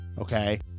okay